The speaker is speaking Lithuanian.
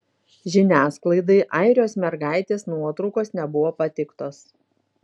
žiniasklaidai airijos mergaitės nuotraukos nebuvo pateiktos